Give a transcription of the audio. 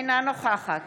אינה נוכחת